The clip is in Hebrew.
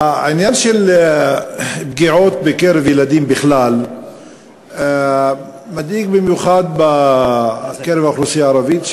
העניין של פגיעות בקרב ילדים בכלל מדאיג במיוחד בקרב האוכלוסייה הערבית.